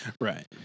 right